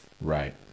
right